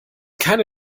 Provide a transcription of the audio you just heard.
keine